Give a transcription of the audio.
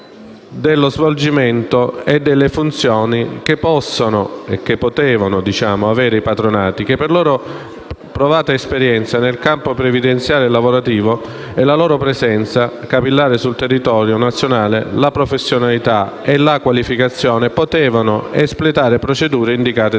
dello svolgimento delle funzioni che possono e che potevano avere i patronati, i quali, per la loro provata esperienza in campo previdenziale e lavorativo, per la loro presenza capillare sul territorio nazionale, per la loro professionalità e qualificazione, potevano espletare procedure indicate da